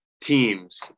teams